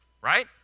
right